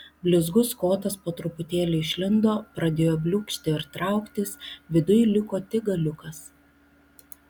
blizgus kotas po truputėlį išlindo pradėjo bliūkšti ir trauktis viduj liko tik galiukas